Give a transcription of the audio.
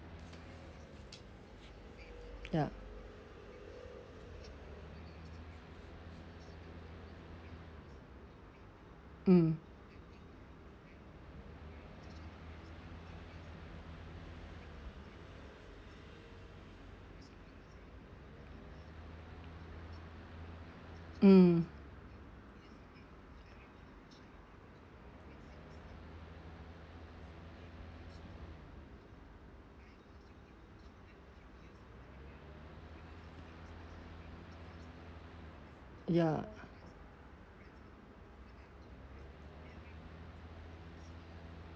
ya mm mm ya